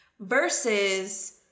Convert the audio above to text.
Versus